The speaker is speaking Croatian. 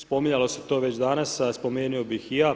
Spominjalo se to već danas a spomenuo bih i ja